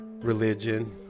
religion